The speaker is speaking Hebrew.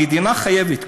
המדינה חייבת,